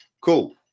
cool